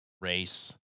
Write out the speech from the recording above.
race